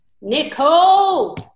Nicole